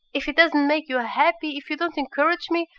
if it doesn't make you happy, if you don't encourage me,